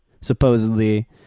supposedly